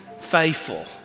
faithful